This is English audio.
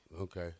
Okay